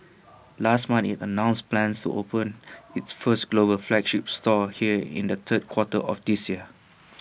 last month IT announced plans open its first global flagship store here in the third quarter of this year